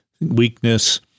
weakness